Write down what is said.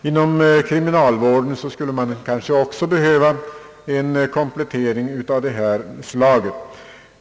Inom kriminalvården skulle man kanske också behöva en komplettering av detta slag.